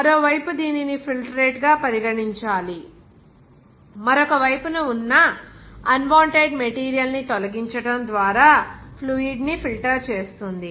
మరోవైపు దీనిని ఫిల్ట్రేట్గా పరిగణించాలి మరొక వైపు న ఉన్న అన్వాంటెడ్ మెటీరియల్ ని తొలగించడం ద్వారా ఫ్లూయిడ్ ని ఫిల్టర్ చేస్తుంది